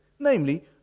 Namely